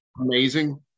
amazing